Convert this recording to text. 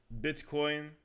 Bitcoin